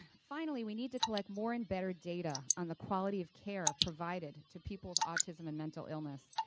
finally, we need to collect more and better data on the quality of care provided to people with autism and mental illness.